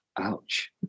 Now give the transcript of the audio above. ouch